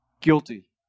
guilty